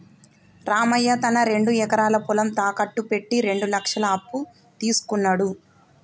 రామయ్య తన రెండు ఎకరాల పొలం తాకట్టు పెట్టి రెండు లక్షల అప్పు తీసుకున్నడు